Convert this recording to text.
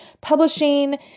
publishing